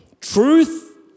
Truth